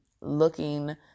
looking